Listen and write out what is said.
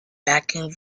backing